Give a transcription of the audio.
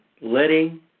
letting